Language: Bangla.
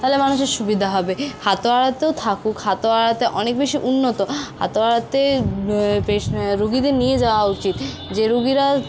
তাহলে মানুষের সুবিধা হবে হাতোয়াড়াতেও থাকুক হাতোয়াড়াতে অনেক বেশি উন্নত হাতোয়াড়াতে রুগীদের নিয়ে যাওয়া উচিত যে রুগীরা